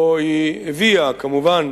שבה היא הציגה, כמובן,